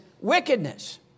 wickedness